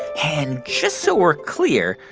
and just so we're clear,